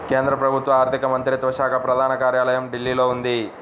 కేంద్ర ప్రభుత్వ ఆర్ధిక మంత్రిత్వ శాఖ ప్రధాన కార్యాలయం ఢిల్లీలో ఉంది